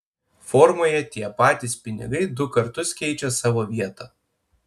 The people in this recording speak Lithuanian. formoje tie patys pinigai du kartus keičia savo vietą